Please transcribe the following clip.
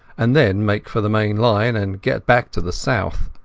and then make for the main line and get back to the south.